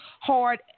hard